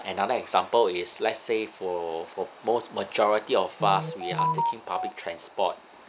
another example is let's say for for most majority of us we are taking public transport